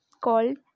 called